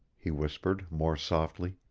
he whispered, more softly.